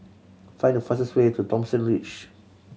find the fastest way to Thomson Ridge